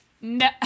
No